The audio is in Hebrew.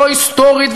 לא היסטורית,